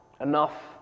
enough